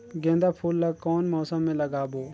गेंदा फूल ल कौन मौसम मे लगाबो?